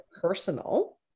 personal